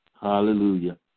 Hallelujah